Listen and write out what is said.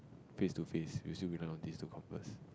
face to face we still rely on this to converse